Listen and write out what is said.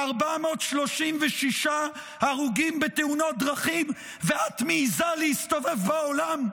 436 הרוגים בתאונות דרכים ואת מעיזה להסתובב בעולם?